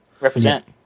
represent